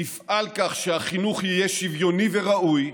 נפעל כך שהחינוך יהיה שוויוני וראוי,